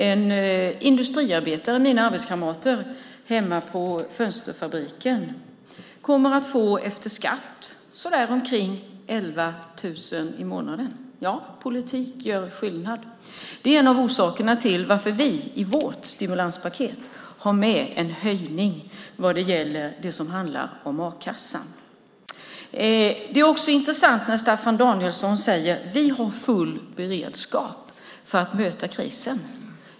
En industriarbetare, mina arbetskamrater hemma på fönsterfabriken, kommer att efter skatt få omkring 11 000 kronor i månaden. Ja, politik gör skillnad. Det är en av orsakerna till att vi i vårt stimulanspaket har med en höjning av det som handlar om a-kassan. Det är också intressant när Staffan Danielsson säger: Vi har full beredskap för att möta krisen.